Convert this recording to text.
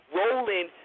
rolling